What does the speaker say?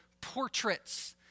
portraits